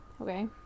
Okay